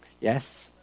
Yes